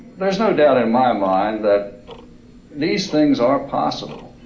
there's no doubt in my mind that these things are possible.